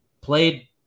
played